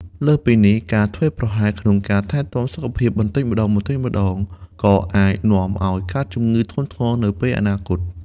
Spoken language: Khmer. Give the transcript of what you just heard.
លើសពីនេះ ការធ្វេសប្រហែសក្នុងការថែទាំសុខភាពបន្តិចម្តងៗ ក៏អាចនាំឱ្យកើតជំងឺធ្ងន់ធ្ងរនៅពេលអនាគត។